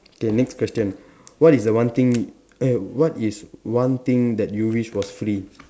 okay next question what is the one thing eh what is one thing that you wish was free